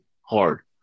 hard